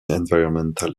environmental